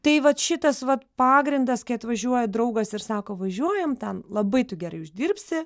tai vat šitas vat pagrindas kai atvažiuoja draugas ir sako važiuojam ten labai tu gerai uždirbsi